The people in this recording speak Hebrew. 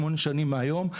שמונה שנים מהיום,